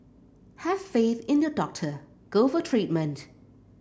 have faith in your doctor go for treatment